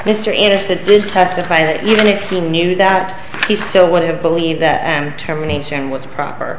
mr innocent did testify that even if he knew that he still would have believed that and terminator and what's proper